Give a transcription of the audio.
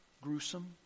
gruesome